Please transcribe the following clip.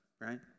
right